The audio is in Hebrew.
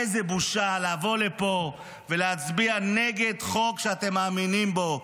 איזו בושה לבוא לפה ולהצביע נגד חוק שאתם מאמינים בו,